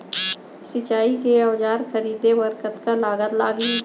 सिंचाई के औजार खरीदे बर कतका लागत लागही?